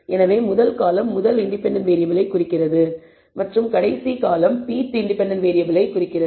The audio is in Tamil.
எனவே முதல் காலம் முதல் இண்டிபெண்டன்ட் வேறியபிளை குறிக்கிறது மற்றும் கடைசி காலம் pth இண்டிபெண்டன்ட் வேறியபிளை குறிக்கிறது